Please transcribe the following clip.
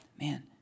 Man